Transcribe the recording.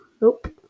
nope